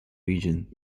region